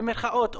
במרכאות,